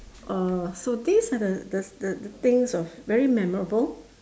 uh so these are the the the things of very memorable